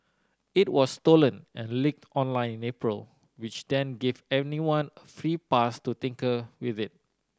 it was stolen and leaked online in April which then gave anyone a free pass to tinker with it